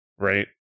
right